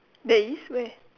there is where